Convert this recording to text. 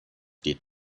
die